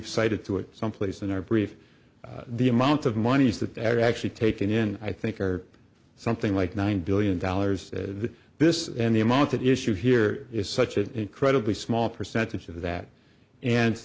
cited to it someplace in our brief the amount of monies that are actually taken in i think are something like nine billion dollars to this and the amount that issue here is such an incredibly small percentage of that and